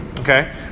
Okay